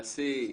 הנשיא,